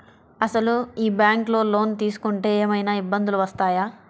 అసలు ఈ బ్యాంక్లో లోన్ తీసుకుంటే ఏమయినా ఇబ్బందులు వస్తాయా?